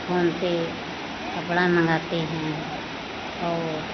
phone पर कपड़ा मँगाते हैं और